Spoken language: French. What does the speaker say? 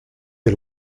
des